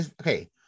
Okay